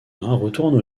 retourne